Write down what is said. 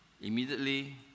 immediately